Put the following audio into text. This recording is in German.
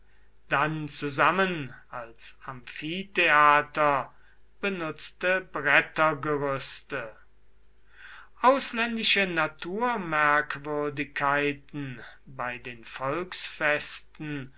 dann zusammen als amphitheater benutzte brettergerüste ausländische naturmerkwürdigkeiten bei den volksfesten